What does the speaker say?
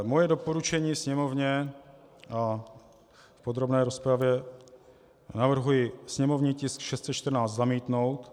Moje doporučení Sněmovně, v podrobné rozpravě navrhuji sněmovní tisk 614 zamítnout.